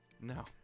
No